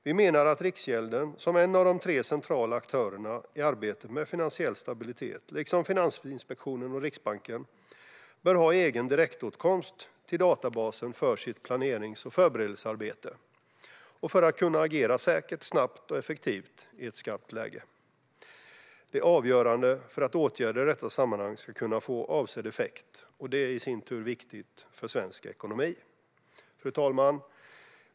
Vi menar att Riksgälden, som en av de tre centrala aktörerna i arbetet med finansiell stabilitet, liksom Finansinspektionen och Riksbanken, bör ha egen direktåtkomst till databasen för sitt planerings och förberedelsearbete och för att kunna agera säkert, snabbt och effektivt i ett skarpt läge. Det är avgörande för att åtgärder i detta sammanhang ska kunna få avsedd effekt, och det är i sin tur viktigt för svensk ekonomi. Fru talman!